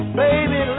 baby